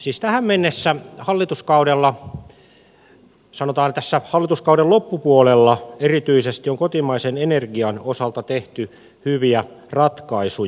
siis tähän mennessä hallituskaudella sanotaan tässä hallituskauden loppupuolella erityisesti on kotimaisen energian osalta tehty hyviä ratkaisuja